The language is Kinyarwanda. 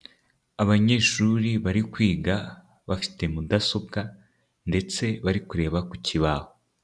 Abanyeshuri bari kwiga bafite mudasobwa ndetse bari kureba ku kibaho.